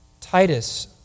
Titus